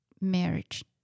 marriage